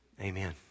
Amen